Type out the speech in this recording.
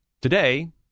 today